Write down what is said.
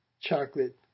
chocolate